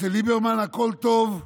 אצל ליברמן הכול טוב.